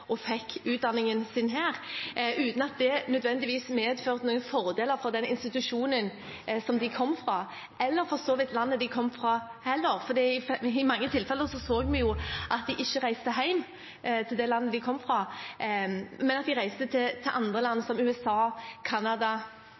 og fikk utdanningen sin her, uten at det nødvendigvis medførte noen fordeler for den institusjonen som de kom fra – eller for så vidt heller ikke for landet de kom fra, for i mange tilfeller så vi at de ikke reiste hjem til det landet de kom fra, men at de reiste til andre land, som USA, Canada